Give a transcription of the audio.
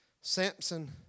Samson